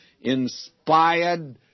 inspired